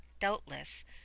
doubtless